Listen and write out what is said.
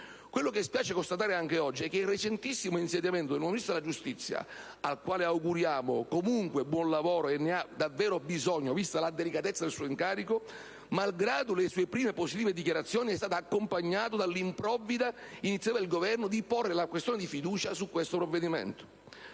Quello che spiace constatare anche oggi è che il recentissimo insediamento del nuovo Ministro della giustizia - al quale rivolgiamo comunque un augurio di buon lavoro, e ne ha davvero bisogno, vista la delicatezza del suo incarico - malgrado le sue prime positive dichiarazioni è stato accompagnato dall'improvvida iniziativa del Governo di porre la questione di fiducia su questo provvedimento.